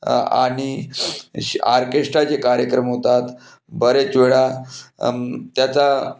आणि ऑर्केश्ट्राचे कार्यक्रम होतात बरेच वेळा त्याचा